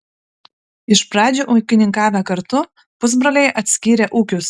iš pradžių ūkininkavę kartu pusbroliai atskyrė ūkius